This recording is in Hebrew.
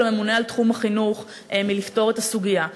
הממונה על תחום החינוך מהצורך לפתור את הסוגיה.